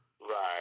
right